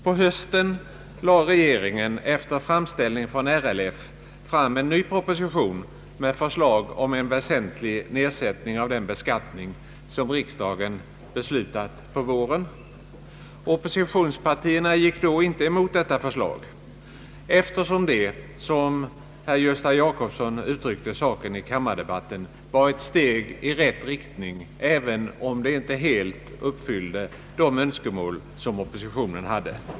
På hösten framlade regeringen, efter framställningen från RLF, en ny proposition med förslag till en väsentlig nedsättning av den beskattning som riksdagen beslutat på våren. Oppositionspartierna föreslog inga ändringar i detta förslag, eftersom det, som herr Gösta Jacobsson uttryckte saken i kammardebatten, var ett steg i rätt riktning även om det inte helt uppfyllde de önskemål oppositionen hade.